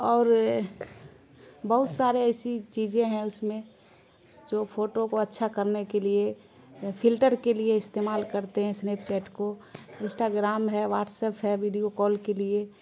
اور بہت سارے ایسی چیزیں ہیں اس میں جو فوٹو کو اچھا کرنے کے لیے فلٹر کے لیے استعمال کرتے ہیں اسنیپچیٹ کو انسٹاگرام ہے واٹسف ہے ویڈیو کال کے لیے